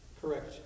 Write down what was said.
correct